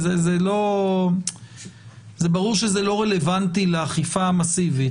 זה ברור שזה לא רלוונטי לאכיפה המסיבית.